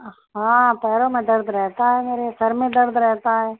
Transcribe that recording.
ہاں پیروں میں درد رہتا ہے میرے سر میں درد رہتا ہے